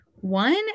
One